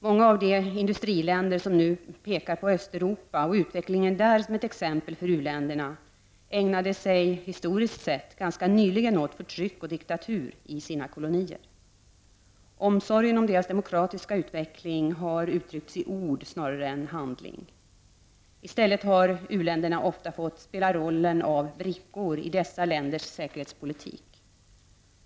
Många av de industriländer som nu pekar på Östeuropa och utvecklingen där som ett exempel för u-länderna, ägnade sig, historiskt sett, ganska nyligen åt förtryck och diktatur i sina kolonier. Omsorgen om deras demokratiska utveckling har uttryckts i ord snarare än handling. I stället har u-länderna ofta fått spela rollen av brickor i dessa länders säkerhetspolitik.